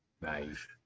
Nice